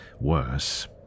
worse